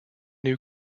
new